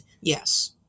yes